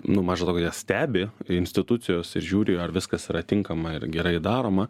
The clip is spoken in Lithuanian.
nu maža to kad ją stebi institucijos ir žiūri ar viskas yra tinkama ir gerai daroma